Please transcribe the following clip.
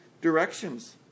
directions